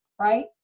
right